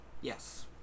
Yes